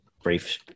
Brief